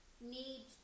need